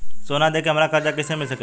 सोना दे के हमरा कर्जा कईसे मिल सकेला?